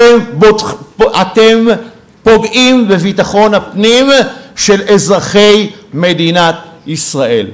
אתם פוגעים בביטחון הפנים של אזרחי מדינת ישראל.